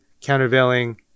countervailing